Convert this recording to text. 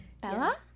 Bella